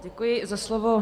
Děkuji za slovo.